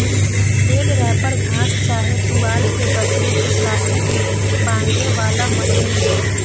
बेल wrapper घास चाहे पुआल के गठरी के प्लास्टिक में बांधे वाला मशीन ह